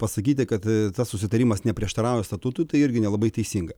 pasakyti kad tas susitarimas neprieštarauja statutui tai irgi nelabai teisinga